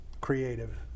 Creative